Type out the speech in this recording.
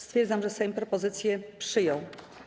Stwierdzam, że Sejm propozycję przyjął.